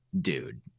Dude